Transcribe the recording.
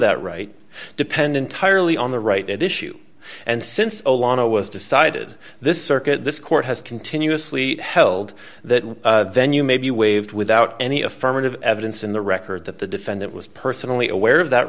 that right depend entirely on the right at issue and since along a was decided this circuit this court has continuously held that venue may be waived without any affirmative evidence in the record that the defendant was personally aware of that